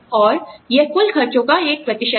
और यह कुल खर्चों का एक प्रतिशत है